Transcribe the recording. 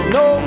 no